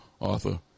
Arthur